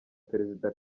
perezida